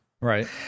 Right